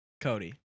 Cody